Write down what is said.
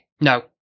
No